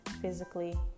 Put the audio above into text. physically